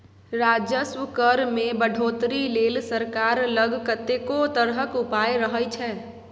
राजस्व कर मे बढ़ौतरी लेल सरकार लग कतेको तरहक उपाय रहय छै